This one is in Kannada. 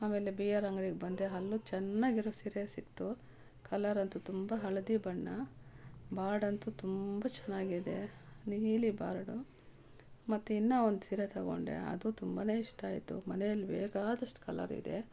ಆಮೇಲೆ ಬಿ ಆರ್ ಅಂಗ್ಡಿಗೆ ಬಂದೆ ಅಲ್ಲೂ ಚೆನ್ನಾಗಿರೋ ಸೀರೆ ಸಿಕ್ತು ಕಲರ್ ಅಂತು ತುಂಬ ಹಳದಿ ಬಣ್ಣ ಬಾರ್ಡ್ ಅಂತು ತುಂಬ ಚೆನ್ನಾಗಿದೆ ನೀಲಿ ಬಾರ್ಡು ಮತ್ತು ಇನ್ನು ಒಂದು ಸೀರೆ ತಗೊಂಡೆ ಅದು ತುಂಬ ಇಷ್ಟ ಆಯಿತು ಮನೇಲಿ ಬೇಕಾದಷ್ಟು ಕಲರ್ ಇದೆ